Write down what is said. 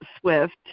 swift